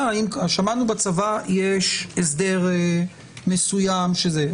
שמענו בצבא, יש הסדר מסוים שזה.